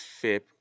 FIP